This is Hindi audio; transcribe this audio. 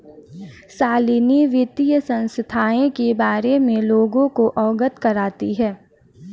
शालिनी वित्तीय संस्थाएं के बारे में लोगों को अवगत करती है